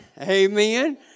Amen